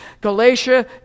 Galatia